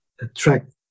attract